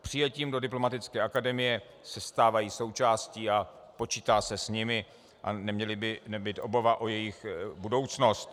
Přijetím do Diplomatické akademie se stávají součástí a počítá se s nimi a neměla by být obava o jejich budoucnost.